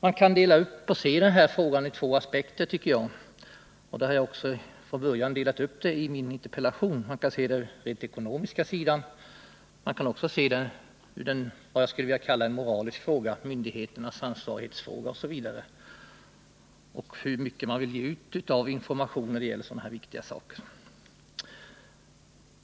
Man kan se den här frågan ur två aspekter, och jag har också från början delat upp den så i min interpellation. Man kan se den rent ekonomiska sidan, men man kan också se vad jag skulle vilja kalla den moraliska sidan: frågan om myndigheternas ansvar och hur mycket man vill ge ut av information när det gäller så här viktiga saker.